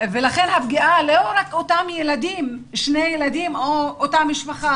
הפגיעה לא רק אותם שני ילדים או אותה משפחה.